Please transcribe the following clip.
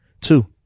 two